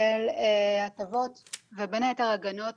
של הטבות ובין היתר הגנות